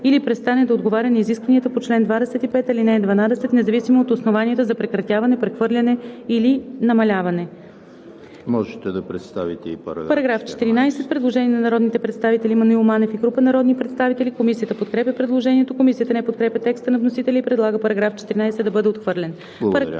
или престане да отговаря на изискванията по чл. 25, ал. 12, независимо от основанията за прекратяване, прехвърляне или намаляване;“.“ По § 14 има предложение на народния представител Маноил Манев и група народни представители. Комисията подкрепя предложението. Комисията не подкрепя текста на вносителя и предлага § 14 да бъде отхвърлен.